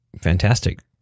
fantastic